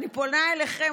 אני פונה אליכם,